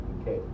Okay